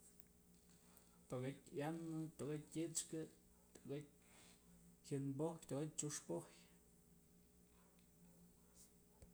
Tokatyë yanë, tokatyë tyëchkë, tokatyë jën bojyë, tokatyë xhyux pojyë.